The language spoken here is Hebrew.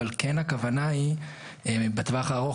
אבל כן הכוונה היא בטווח הארוך,